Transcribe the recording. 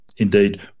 Indeed